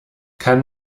kann